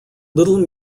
little